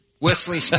Wesley